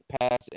pass